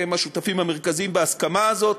השותפים המרכזיים בהסכמה הזאת.